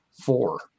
four